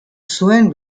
zuen